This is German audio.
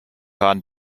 waren